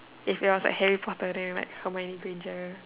if it was like Harry Potter then like how many danger